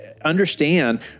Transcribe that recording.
understand